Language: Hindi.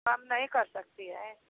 कम नहीं कर सकती हैं